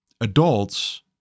adults